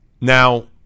Now